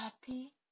happy